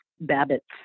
Babbitt's